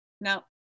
Now